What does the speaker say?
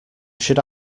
should